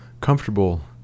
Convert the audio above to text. comfortable